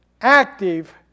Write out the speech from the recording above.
active